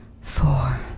four